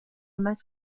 más